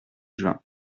juin